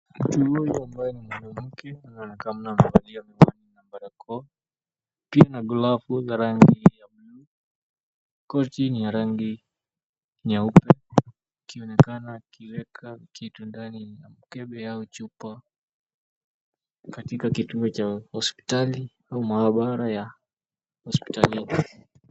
Mtu huyu ambaye ni mwanamke anaonekana amevalia miwani na barakoa, pia na glavu za rangi ya bluu, koti ni ya rangi nyeupe akionekana akiweka kitu ndani ya mkebe au chupa katika kituo cha hospitali au maabara ya hospitalini.